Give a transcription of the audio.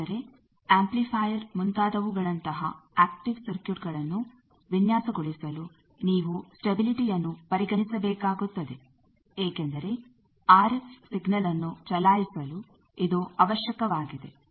ಆದರೆ ಆಂಪ್ಲಿಫೈಯರ್ ಮುಂತಾದವುಗಳಂತಹ ಆಕ್ಟಿವ್ ಸರ್ಕಿಟ್ಗಳನ್ನು ವಿನ್ಯಾಸ ಗೊಳಿಸಲು ನೀವು ಸ್ಟೆಬಿಲಿಟಿ ಯನ್ನು ಪರಿಗಣಿಸಬೇಕಾಗುತ್ತದೆ ಏಕೆಂದರೆ ಆರ್ ಎಫ್ ಸಿಗ್ನಲ್ ಅನ್ನು ಚಲಾಯಿಸಲು ಇದು ಅವಶ್ಯಕವಾಗಿದೆ